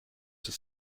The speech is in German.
sie